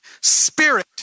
spirit